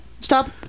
Stop